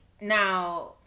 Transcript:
now